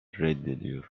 reddediyor